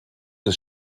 des